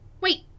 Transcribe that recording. Wait